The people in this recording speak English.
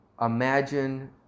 Imagine